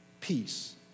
peace